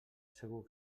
segur